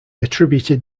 attributed